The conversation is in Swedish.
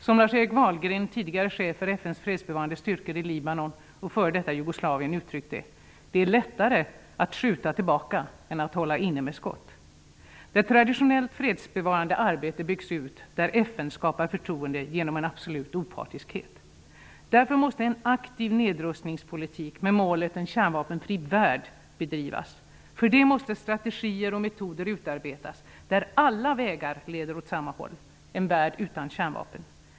Som Lars-Erik Wahlgren, tidigare chef för FN:s fredsbevarande styrkor i Libanon och f.d. Jugoslavien, uttryckt det: ''Det är lättare att skjuta tillbaka än att hålla inne med skott.'' Där traditionellt fredsbevarande arbete måste byggas ut, och FN bör skapa förtroende genom en absolut opartiskhet. Därför måste en aktiv nedrustningspolitik med en kärnvapenfri värld som mål bedrivas. För det måste strategier och metoder utarbetas, där alla vägar leder åt samma håll -- mot en värld utan kärnvapen.